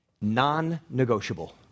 non-negotiable